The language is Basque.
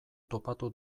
topatu